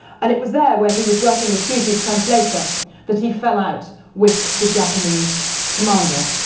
and it was there where he was working as toosey's translator that he fell out with the japanese commander.